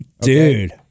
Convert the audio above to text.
Dude